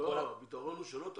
לא, הפתרון הוא שלא תגיעו,